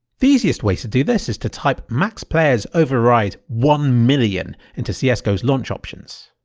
the easiest way to do this is to type maxplayers override one million into cs go's launch options.